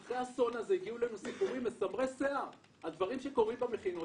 אחרי האסון הגיעו אלינו סיפורים מסמרי שיער על דברים שקורים במכינות,